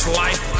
life